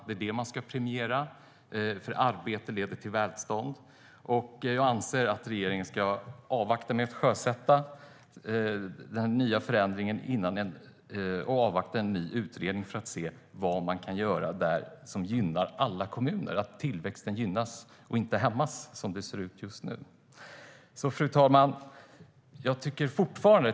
Det är det man ska premiera eftersom arbete leder till välstånd. Jag anser att regeringen ska avvakta med att sjösätta en ny förändring och avvakta en ny utredning för att se vad man kan göra för att gynna alla kommuner och så att tillväxten gynnas och inte hämmas som det ser ut just nu. Fru talman!